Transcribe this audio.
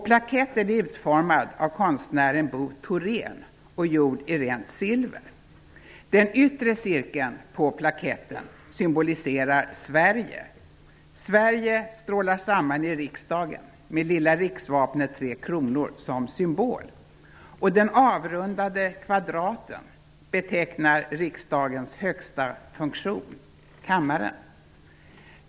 Plaketten är utformad av konstnären Bo Thorén och gjord i rent silver. Den yttre cirkeln på plaketten symboliserar Sverige. Sverige strålar samman i riksdagen, med lilla riksvapnet Tre kronor som symbol. Den avrundade kvadraten betecknar riksdagens högsta funktion -- kammaren.